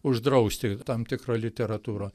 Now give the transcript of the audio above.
uždrausti tam tikrą literatūrą